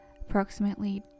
approximately